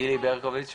גילי ברקוביץ בבקשה.